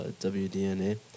WDNA